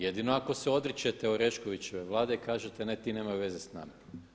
Jedino ako se odričete Oreškovićeve Vlade i kažete ne, ti nemaju veze sa nama.